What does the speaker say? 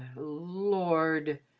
lord,